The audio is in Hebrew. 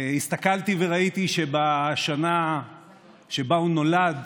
הסתכלתי וראיתי שבשנה שבה הוא נולד,